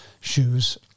shoes